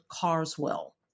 Carswell